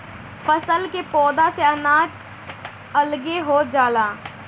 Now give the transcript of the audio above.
फसल के पौधा से अनाज अलगे हो जाला